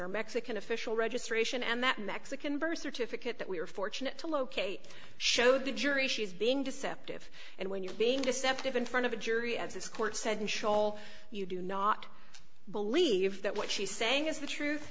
her mexican official registration and that mexican birth certificate that we were fortunate to locate showed the jury she's being deceptive and when you're being deceptive in front of a jury as this court said and you do not believe that what she's saying is the truth